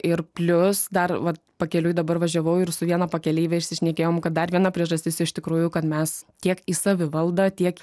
ir plius dar vat pakeliui dabar važiavau ir su viena pakeleive išsišnekėjom kad dar viena priežastis iš tikrųjų kad mes tiek į savivaldą tiek